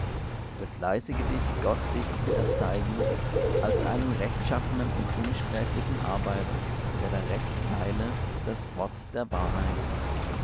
befleißige dich gott dich zu erzeigen als einen rechtschaffenen und unsträflichen arbeiter der da recht teile das wort der wahrheit